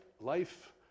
life